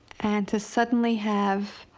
and to suddenly have